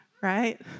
Right